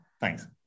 Thanks